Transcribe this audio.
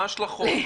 מה ההשלכות?